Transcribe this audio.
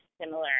similar